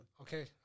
Okay